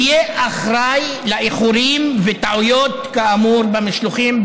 יהיה אחראי לאיחורים וטעויות כאמור במשלוחים,